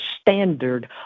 standard